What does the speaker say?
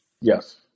Yes